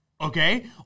okay